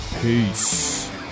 Peace